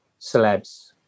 celebs